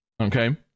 Okay